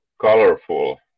colorful